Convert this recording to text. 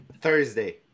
Thursday